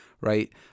right